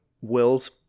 Will's